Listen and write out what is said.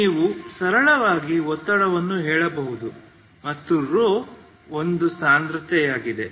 ನೀವು ಸರಳವಾಗಿ ಒತ್ತಡವನ್ನು ಹೇಳಬಹುದು ಮತ್ತು ρ ಒಂದು ಸಾಂದ್ರತೆಯಾಗಿದೆ